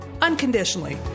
unconditionally